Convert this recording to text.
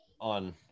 on